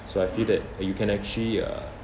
so I feel that you can actually uh